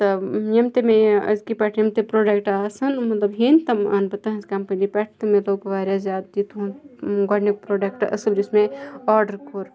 تہٕ یِم تہِ مےٚ أزکہِ پیٹھٕ یِم تہِ پروڈَکٹہٕ آسَن مَطلَب ہیٚنۍ تِم اَنہٕ بہٕ تٕہٕنٛز کَمپَنی پیٹھ تہٕ مےٚ لوٚگ واریاہ زیادٕ یہِ تُہُنٛد گۄڈنیُک پروڈَکٹہٕ اَصل یُس مےٚ آرڈَر کوٚر